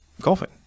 golfing